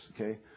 Okay